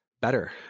better